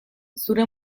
zure